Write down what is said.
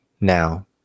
now